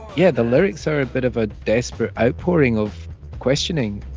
yeah, the lyrics are a bit of a desperate outpouring of questioning